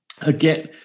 Again